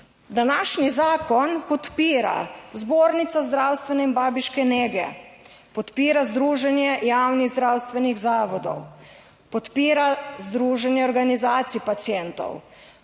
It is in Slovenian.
Današnji zakon podpira Zbornica zdravstvene in babiške nege, podpira Združenje javnih zdravstvenih zavodov, podpira Združenje organizacij pacientov,